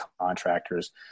contractors